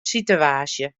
sitewaasje